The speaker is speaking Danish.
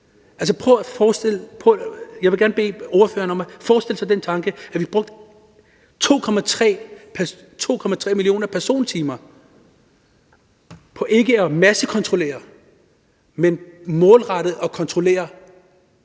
at vi massekontrollerer, altså at forestille sig, at vi brugte 2,3 millioner persontimer på ikke at massekontrollere, men på målrettet at kontrollere